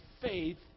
faith